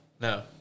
No